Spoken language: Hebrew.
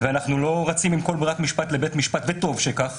ואנחנו לא רצים עם כל ברירת משפט לבית המשפט וטוב שכך